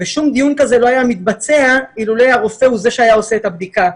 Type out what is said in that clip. ושום דיון כזה לא היה מתבצע אילולא הרופא הוא זה שהיה עושה את הבדיקה.